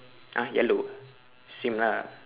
!huh! yellow same lah